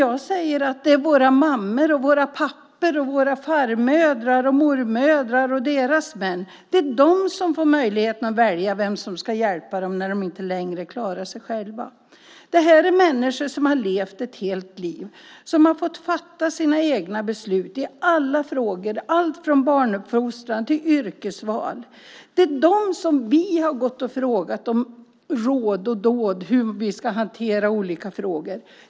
Jag säger att det är våra mammor, pappor, farmödrar, mormödrar och deras män som får möjlighet att välja vem som ska hjälpa dem när de inte längre klarar sig själva. Det är människor som levt ett helt liv och fått fatta sina egna beslut i alla frågor, allt från barnuppfostran till yrkesval. Det är dem vi gått och frågat om råd och dåd, hur vi ska hantera olika frågor.